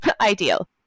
ideal